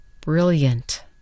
brilliant